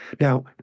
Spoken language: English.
Now